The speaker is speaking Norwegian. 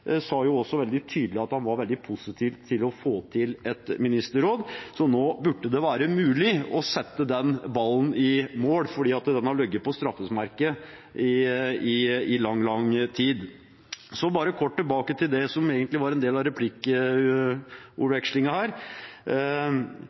veldig tydelig at han var veldig positiv til å få til et ministerråd, så nå burde det være mulig å sette den ballen i mål, for ballen har ligget på straffemerket i lang tid. Så vil jeg kort tilbake til det som egentlig var en del av